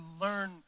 learn